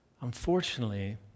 unfortunately